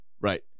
right